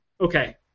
Okay